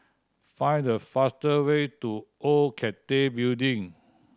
find the fastest way to Old Cathay Building